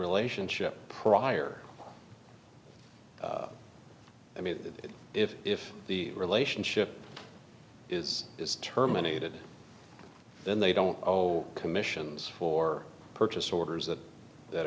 relationship prior i mean if if the relationship is is terminated then they don't owe commissions or purchase orders that that